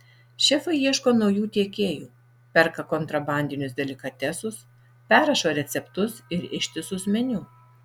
šefai ieško naujų tiekėjų perka kontrabandinius delikatesus perrašo receptus ir ištisus meniu